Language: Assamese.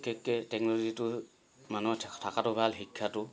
বিশেষকৈ টেকন'ল'জিটোৰ মানুহে থকাটো ভাল শিক্ষাটো